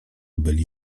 byli